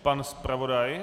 Pan zpravodaj?